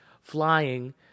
flying